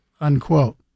unquote